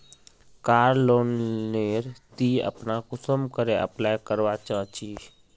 कार loan नेर ती अपना कुंसम करे अप्लाई करवा चाँ चची?